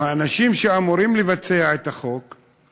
או באים האנשים שאמורים לבצע את החוק,